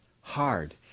hard